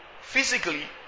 Physically